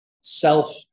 self